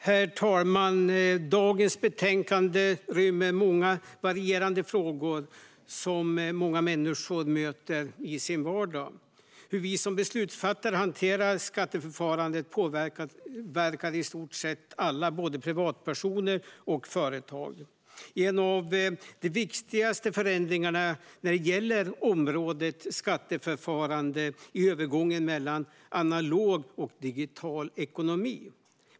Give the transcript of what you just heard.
Herr talman! Dagens betänkande rymmer många varierande frågor som många människor möter i sin vardag. Hur vi som beslutsfattare hanterar skatteförfarandet påverkar i stort sett alla, både privatpersoner och företag. En av de viktigaste förändringarna när det gäller området skatteförfarande är övergången mellan analog och digital ekonomi.